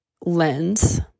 lens